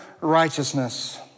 righteousness